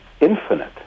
infinite